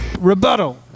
Rebuttal